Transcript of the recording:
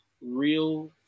real